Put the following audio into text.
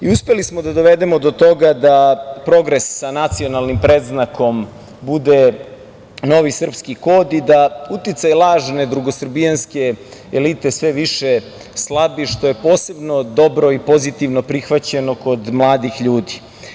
Uspeli smo da dovedemo do toga da progres sa nacionalnim predznakom bude novi srpski kod i da uticaj lažne drugosrbijanske elite sve više slabi, što je posebno dobro i pozitivno prihvaćeno kod mladih ljudi.